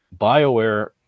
Bioware